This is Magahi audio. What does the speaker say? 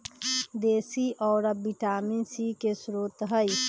देशी औरा विटामिन सी के स्रोत हई